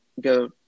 go